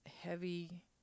heavy